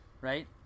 right